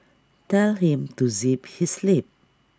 tell him to zip his lip